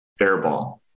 airball